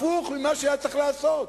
הפוך ממה שהיה צריך לעשות.